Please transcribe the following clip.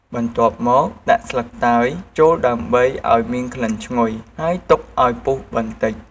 បន្ទាប់មក ដាក់ស្លឹកតើយចូលដើម្បីឱ្យមានក្លិនឈ្ងុយ ហើយទុកឱ្យពុះបន្តិច។